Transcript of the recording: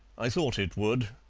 i thought it would.